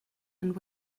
and